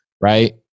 right